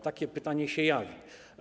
Takie pytanie się jawi.